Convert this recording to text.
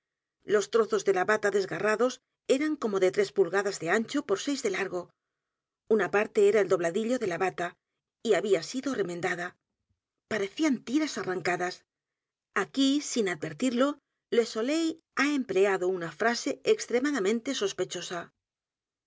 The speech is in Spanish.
los trozos de la bata desgarrados eran como de tres pulgadas de ancho por seis de l a r g o una p a r t e era el dobladillo de la bata y había sido r e m e n dada parecían tiras arrancadas aquí sin advertirlole soleil ha empleado una frase extremadamente